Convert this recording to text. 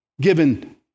given